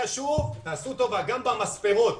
בסוף זה קורה ב-1 בספטמבר,